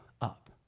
up